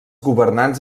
governants